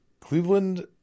cleveland